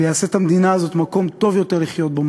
ויעשה את המדינה הזאת מקום טוב יותר לחיות בו,